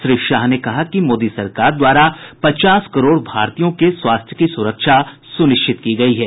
श्री शाह ने कहा कि मोदी सरकार द्वारा पचास करोड़ भारतीयों के स्वास्थ्य की सुरक्षा सुनिश्चित की गयी है